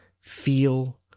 feel